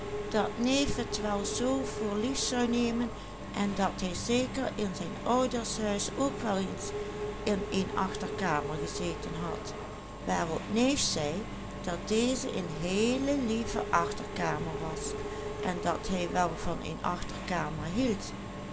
dat hij zeker in zijn ouders huis ook wel eens in een achterkamer gezeten had waarop neef zei dat deze een heele lieve achterkamer was en dat hij wel van een achterkamer hield